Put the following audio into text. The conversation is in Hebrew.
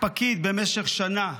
פקיד במשך שנה.